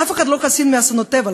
אף אחד לא חסין מאסונות טבע,